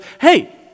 hey